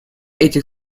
этих